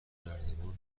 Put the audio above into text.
نردبان